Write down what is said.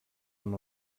amb